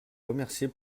remercier